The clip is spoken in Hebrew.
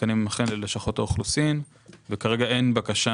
התקנים הם אכן ללשכות האוכלוסין וכרגע אין בקשה